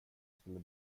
skulle